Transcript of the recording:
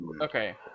okay